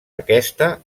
aquesta